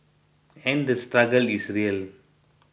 and the struggle is real